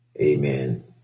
Amen